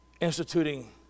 instituting